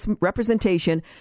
representation